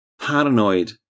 paranoid